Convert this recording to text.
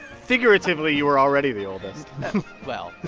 figuratively, you were already the oldest well.